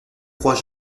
croit